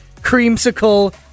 creamsicle